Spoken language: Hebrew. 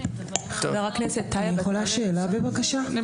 כמו שאמרנו,